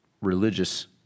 religious